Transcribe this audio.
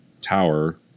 tower